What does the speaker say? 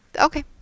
okay